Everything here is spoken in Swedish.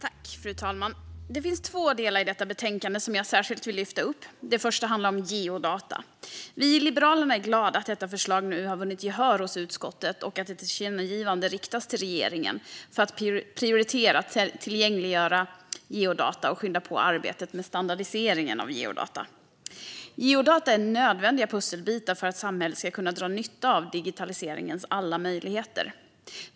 Fru talman! Det finns två delar i detta betänkande som jag särskilt vill lyfta upp. Den första handlar om geodata. Vi i Liberalerna är glada att detta förslag nu har vunnit gehör hos utskottet och att ett tillkännagivande riktas till regeringen om att regeringen bör prioritera att tillgängliggöra geodata och skynda på arbetet med standardiseringen av geodata. Geodata är nödvändiga pusselbitar för att samhället ska kunna dra nytta av digitaliseringens alla möjligheter.